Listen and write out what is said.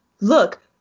look